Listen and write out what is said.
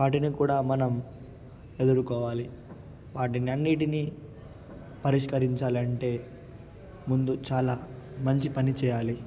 వాటిని కూడా మనం ఎదుర్కోవాలి వాటిని అన్నిటిని పరిష్కరించాలంటే ముందు చాలా మంచి పని చేయాలి